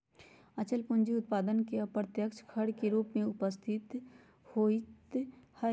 अचल पूंजी उत्पादन में अप्रत्यक्ष खर्च के रूप में उपस्थित होइत हइ